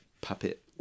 puppet